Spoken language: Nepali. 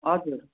हजुर